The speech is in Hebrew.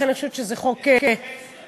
לכן, אני חושבת שזה חוק, אזרחי ישראל.